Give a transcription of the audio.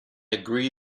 agree